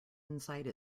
inside